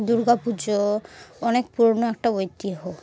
দুর্গা পুজো অনেক পুরনো একটা ঐতিহ্য